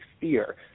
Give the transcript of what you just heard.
fear